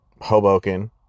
Hoboken